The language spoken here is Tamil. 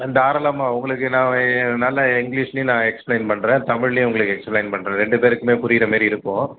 தாராளமாக உங்களுக்கு நான் நல்லா இங்கிலிஷ்லேயும் நான் எக்ஸ்ப்ளைன் பண்ணுறேன் தமிழ்லேயும் உங்களுக்கு எக்ஸ்ப்ளைன் பண்ணுறேன் ரெண்டு பேருக்குமே புரிகிற மாதிரி இருக்கும்